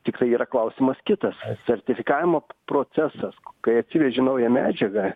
tiktai yra klausimas kitas sertifikavimo procesas kai atsiveži naują medžiagą